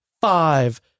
five